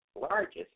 largest